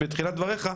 בתחילת דבריך,